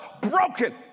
broken